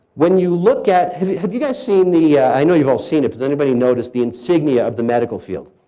when you look at have you have you guys seen the, i know you've all seen it, has anybody noticed the insignia of the medical field?